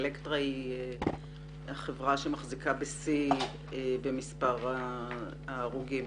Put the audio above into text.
אלקטרה היא החברה שמחזיקה בשיא במספר ההרוגים.